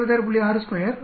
62 180 176